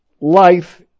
life